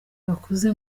bakuze